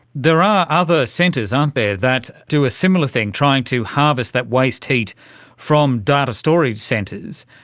there are other centres, aren't there, that do a similar thing, trying to harvest that waste heat from data storage centres,